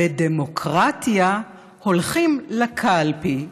בדמוקרטיה הולכים לקלפי,